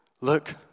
look